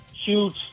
huge